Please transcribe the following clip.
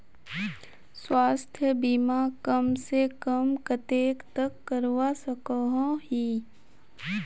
स्वास्थ्य बीमा कम से कम कतेक तक करवा सकोहो ही?